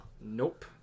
Nope